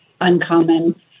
uncommon